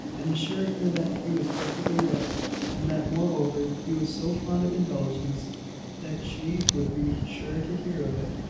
and assured her that he was perfectly well and that, moreover, he was so fond of indulgence that she would be sure to hear of it,